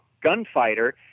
gunfighter